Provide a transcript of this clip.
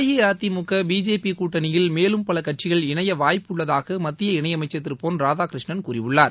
AIADMK BJP கூட்டணியில் மேலும் பல கட்சிகள் இணைய வாய்ப்பு உள்ளதாக மத்திய இணையமைச்சர் திரு பொன் ராதாகிருஷ்ணன் கூறியுள்ளார்